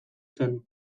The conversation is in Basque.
zen